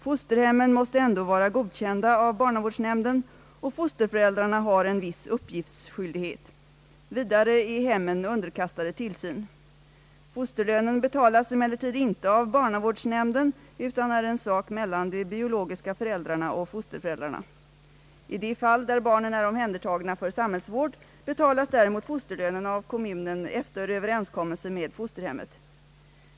Fosterhemmen måste ändå vara godkända av barnavårdsnämnden och fosterföräldrarna har en viss uppgiftsskyldighet. Vidare är hemmen underkastade tillsyn. Fosterlönen betalas emellertid inte av barnavårdsnämnden utan är en sak mellan de biologiska föräldrarna och fosterföräldrarna. I de fall där barnen är omhändertagna för samhällsvård betalas däremot fosterlönen av kommunen efter överenskommelse med fosterhemmet.